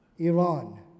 Iran